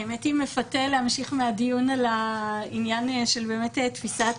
האמת שמפתה להמשיך מהדיון על העניין של תפיסת